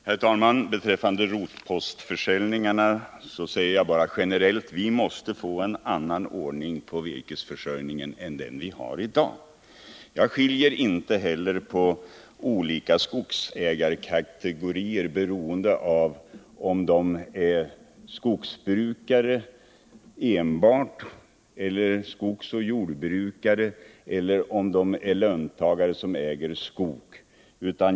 Herr talman! Beträffande rotpostförsäljningarna säger jag bara generellt att vi måste få en annan ordning på virkesförsörjningen än den vi har i dag. Jag skiljer inte på olika skogsägarkategorier med hänsyn till om vederbörande är skogsbrukare enbart eller skogsoch jordbrukare eller löntagare som äger skog.